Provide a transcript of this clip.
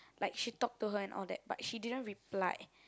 like she talk to her and all that but she didn't reply